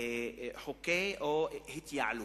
חוקי התייעלות.